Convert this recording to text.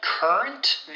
Current